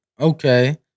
Okay